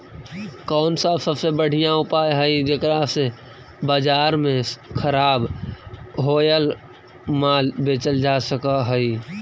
कौन सा सबसे बढ़िया उपाय हई जेकरा से बाजार में खराब होअल माल बेचल जा सक हई?